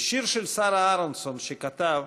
ב"שיר על שרה אהרונסון", שכתב,